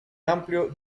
amplio